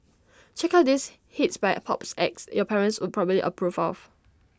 check out these hits by A pops acts your parents would probably approve of